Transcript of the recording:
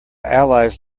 allies